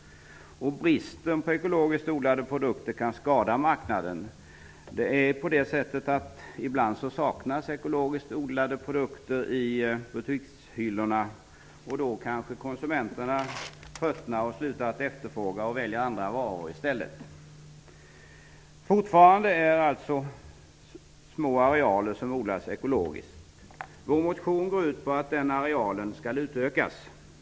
Bristen på ekologiskt odlade produkter kan skada marknaden. Ibland saknas ekologiskt odlade produkter i butikshyllorna, och då kanske konsumenterna tröttnar, slutar att efterfråga sådana och väljer andra varor i stället. Fortfarande är det alltså små arealer som odlas ekologiskt. Vår motion går ut på att den arealen skall utökas.